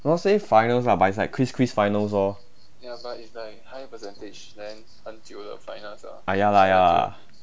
not say finals lah but it's like chris chris finals lor ah ya lah ya lah